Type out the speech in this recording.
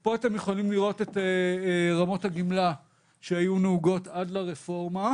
פה אתם יכולים לראות את רמות הגמלה שהיו נהוגות עד לרפורמה,